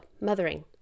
mothering